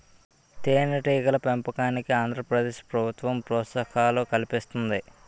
తేనెటీగల పెంపకానికి ఆంధ్ర ప్రదేశ్ ప్రభుత్వం ప్రోత్సాహకాలు కల్పిస్తుంది